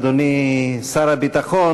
אדוני שר הביטחון,